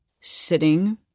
sitting